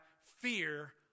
fear